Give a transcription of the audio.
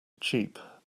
cheap